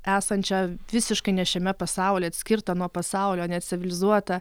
esančia visiškai ne šiame pasaulyje atskirta nuo pasaulio necivilizuota